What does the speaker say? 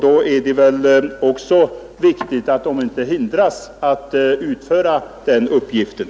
Det är alltså viktigt att de inte hindras från att göra detta.